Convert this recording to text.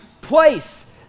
place